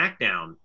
SmackDown